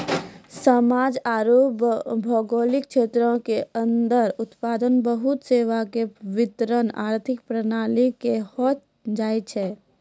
समाज आरू भौगोलिक क्षेत्र के अन्दर उत्पादन वस्तु सेवा के वितरण आर्थिक प्रणाली कहलो जायछै